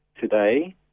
today